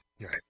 Right